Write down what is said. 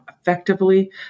effectively